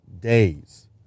days